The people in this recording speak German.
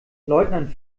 leutnant